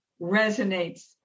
resonates